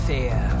Fear